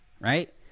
right